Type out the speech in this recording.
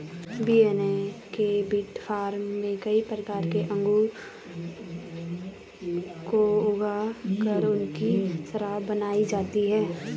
Vienna के Vitifarm में कई प्रकार के अंगूरों को ऊगा कर उनकी शराब बनाई जाती है